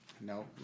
No